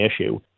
issue